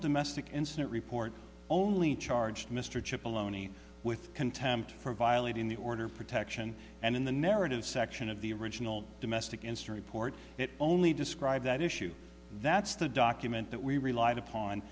domestic incident report only charged mr chip aloni with contempt for violating the order of protection and in the narrative section of the original domestic incident report it only described that issue that's the document that we relied upon